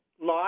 live